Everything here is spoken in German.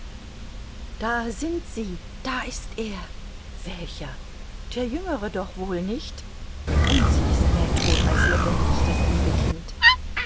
da sind sie das ist er welcher der jüngere doch wohl nicht und sie ist mehr tot als lebendig das liebe kind